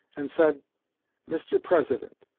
and said mr. president,